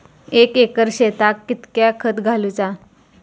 एक एकर शेताक कीतक्या खत घालूचा?